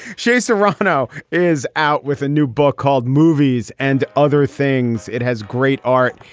sure is a rhino is out with a new book called movies and other things. it has great art.